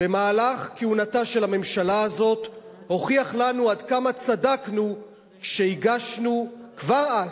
במהלך כהונתה של הממשלה הזאת הוכיח לנו עד כמה צדקנו כשהגשנו כבר אז,